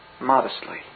modestly